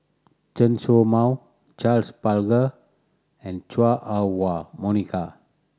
Chen Show Mao Charles Paglar and Chua Ah Huwa Monica